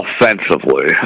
offensively